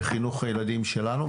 בחינוך הילדים שלנו,